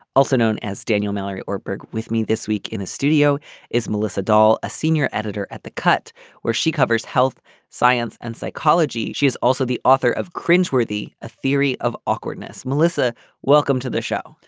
also known as daniel mallory or brig. with me this week in the studio is melissa dahl a senior editor at the cut where she covers health science and psychology. she is also the author of cringeworthy a theory of awkwardness. melissa welcome to the show.